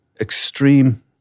extreme